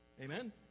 Amen